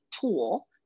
tool